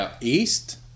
east